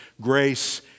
grace